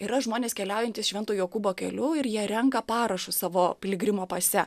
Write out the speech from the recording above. yra žmonės keliaujantys švento jokūbo keliu ir jie renka parašus savo piligrimo pase